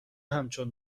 همچون